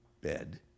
bed